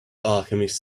alchemist